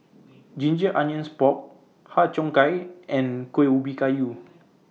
Ginger Onions Pork Har Cheong Gai and Kuih Ubi Kayu